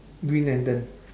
green lantern